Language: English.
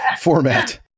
format